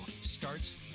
starts